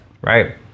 right